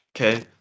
Okay